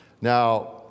now